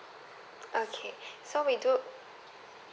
okay so we do